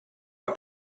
for